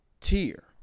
tier